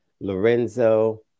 Lorenzo